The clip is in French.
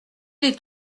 est